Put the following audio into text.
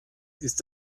ist